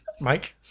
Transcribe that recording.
mike